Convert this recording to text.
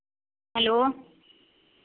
hello